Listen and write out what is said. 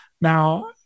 now